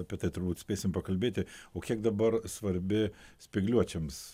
apie tai turbūt spėsim pakalbėti o kiek dabar svarbi spygliuočiams